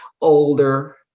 older